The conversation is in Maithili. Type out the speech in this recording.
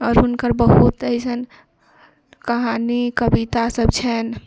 आओर हुनकर बहुत एहन कहानी कविता सभ छन्हि